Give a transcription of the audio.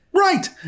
Right